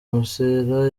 mugesera